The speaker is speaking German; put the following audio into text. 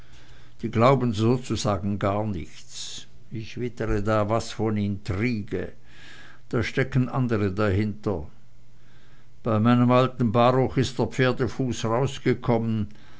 die glauben sozusagen gar nichts ich wittere da was von intrige da stecken andere dahinter bei meinem alten baruch ist der pferdefuß rausgekommen